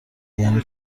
یعنی